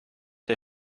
der